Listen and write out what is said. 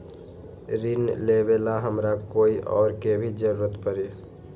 ऋन लेबेला हमरा कोई और के भी जरूरत परी?